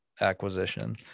acquisition